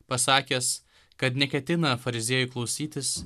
pasakęs kad neketina fariziejų klausytis